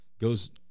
goes